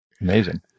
Amazing